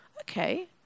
Okay